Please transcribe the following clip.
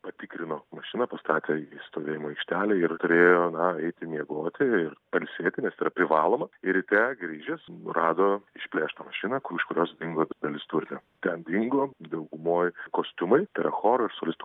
patikrino mašiną pastatė į stovėjimo aikštelę ir turėjo na eiti miegoti ir pailsėti nes tai yra privaloma ir ryte grįžęs rado išplėštą mašiną ku iš kurios dingo dalis turinio ten dingo daugumoj kostiumai tai yra choro ir solistų